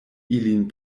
ilin